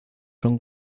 son